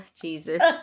Jesus